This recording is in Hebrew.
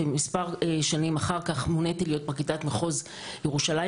מספר שנים אחר כך מוניתי להיות פרקליטת מחוז ירושלים